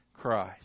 Christ